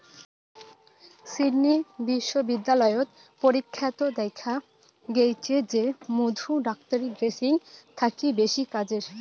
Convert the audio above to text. Sydney বিশ্ববিদ্যালয়ত পরীক্ষাত দ্যাখ্যা গেইচে যে মধু ডাক্তারী ড্রেসিং থাকি বেশি কাজের